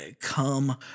Come